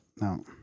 no